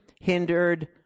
hindered